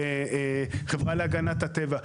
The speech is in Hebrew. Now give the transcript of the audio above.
חברה להגנת הטבע,